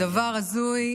זה דבר הזוי.